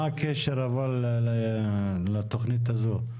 מה הקשר לתכנית הזאת?